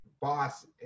boss